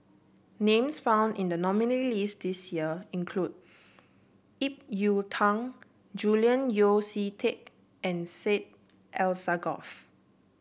names found in the nominees' list this year include Ip Yiu Tung Julian Yeo See Teck and Syed Alsagoff